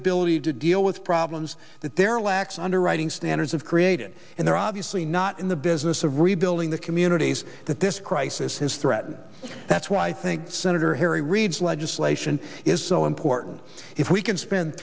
ability to deal with problems that their lax underwriting standards have created and they're obviously not in the business of rebuilding the communities that this crisis is threatening that's why i think senator harry reid's legislation is so important if we can spend